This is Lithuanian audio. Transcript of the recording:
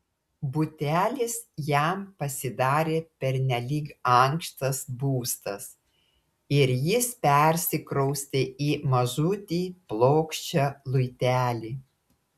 butelis jam pasidarė pernelyg ankštas būstas ir jis persikraustė į mažutį plokščią luitelį